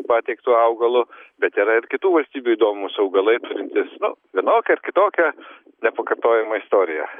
pateiktu augalu bet yra ir kitų valstybių įdomūs augalai turintys nu vienokią ar kitokią nepakartojamą istoriją